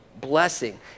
Blessing